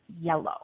yellow